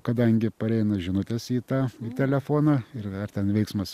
kadangi pareina žinutės į tą telefoną ir ar ten veiksmas